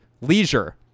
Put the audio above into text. leisure